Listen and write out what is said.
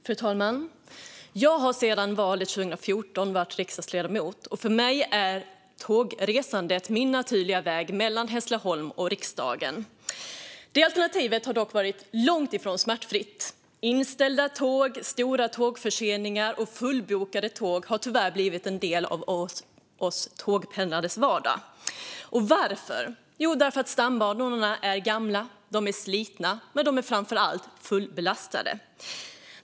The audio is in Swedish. Fru talman! Jag har sedan valet 2014 varit riksdagsledamot, och tågresandet är min naturliga väg mellan Hässleholm och riksdagen. Detta alternativ har dock varit långt ifrån smärtfritt. Inställda tåg, stora tågförseningar och fullbokade tåg har tyvärr blivit en del av vardagen för oss tågpendlare. Varför? Jo, därför att stambanorna är gamla och slitna. Men de är framför allt fullbelastade.